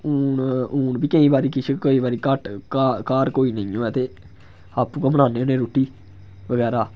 हून हून बी केईं बारी किश कोई बारी घट्ट घर कोई नेईं होऐ ते आपूं गैं बनाने होन्ने आं रुट्टी बगैरा